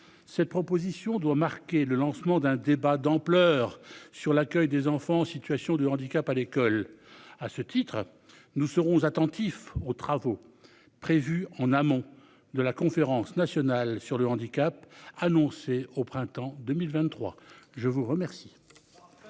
Cette proposition doit marquer le lancement d'un débat d'ampleur sur l'accueil des enfants en situation de handicap à l'école. À ce titre, nous serons attentifs aux travaux prévus en amont de la conférence nationale sur le handicap annoncé au printemps 2023. Je vous remercie.